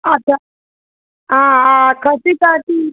अच्छा खैंची ताज़ी